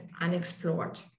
unexplored